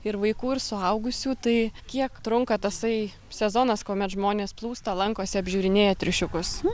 ir vaikų ir suaugusių tai kiek trunka tasai sezonas kuomet žmonės plūsta lankosi apžiūrinėja triušiukus